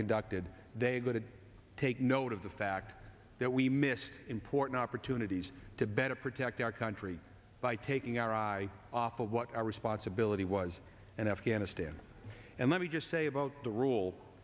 conducted they got to take note of the fact that we missed important opportunities to better protect our country by taking our eye off of what our responsibility was and afghanistan and let me just say about the rule